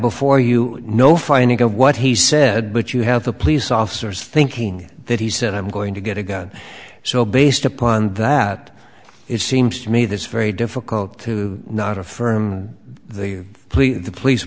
before you know finding of what he said but you have the police officers thinking that he said i'm going to get a gun so based upon that it seems to me that's very difficult to not affirm the police the police